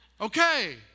Okay